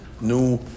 new